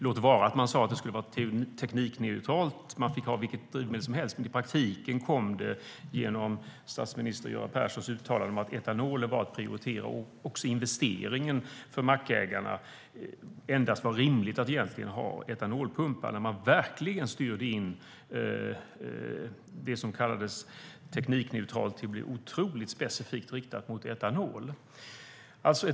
Man sade visserligen att det skulle vara teknikneutralt och att man fick ha vilket drivmedel som helst, men i praktiken innebar det uttalande statsminister Göran Persson gjorde att etanol prioriterades. Det var endast etanolpumpar som det var rimligt för mackägarna att investera i eftersom det som kallades teknikneutralt styrdes mot att specifikt inriktas på etanol.